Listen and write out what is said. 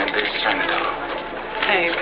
Hey